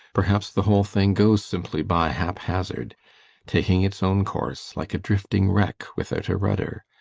perhaps the whole thing goes simply by hap-hazard taking its own course, like a drifting wreck without a rudder.